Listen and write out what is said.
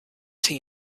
tea